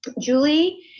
Julie